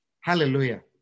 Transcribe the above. Hallelujah